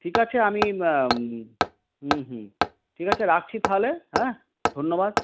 ঠিক আছে আমি হুম হুম ঠিক আছে রাখছি তাহলে হ্যাঁ ধন্যবাদ